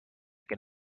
can